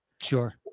Sure